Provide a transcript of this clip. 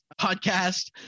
podcast